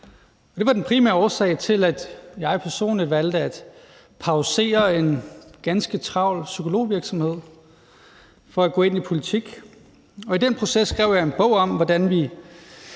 Det var den primære årsag til, at jeg personligt valgte at pausere en ganske travl psykologvirksomhed for at gå ind i politik, og i den proces skrev jeg en bog om, hvordan vi